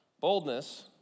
Boldness